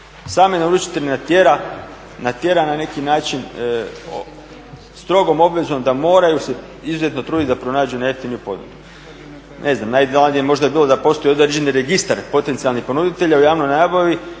sami naručitelj natjera na neki način strogom obvezom da moraju se izuzetno truditi da pronađe najjeftiniju ponudu. Ne znam, najidealnije bi možda bilo da postoji određeni registar potencijalnih ponuditelja u javnoj nabavi